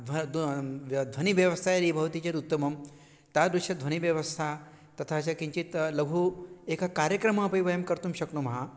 ध्वनिः द्वे ध्वनिव्यवस्था यदि भवति चेत् उत्तमं तादृशध्वनिव्यवस्था तथा च किञ्चित् लघु एकः कार्यक्रममपि वयं कर्तुं शक्नुमः